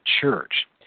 church